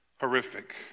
horrific